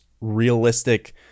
realistic